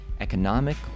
economic